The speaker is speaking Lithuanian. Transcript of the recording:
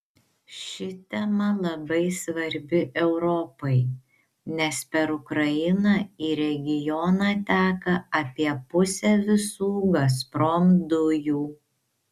ši tema labai svarbi europai nes per ukrainą į regioną teka apie pusę visų gazprom dujų